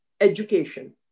education